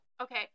Okay